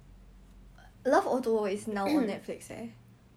the um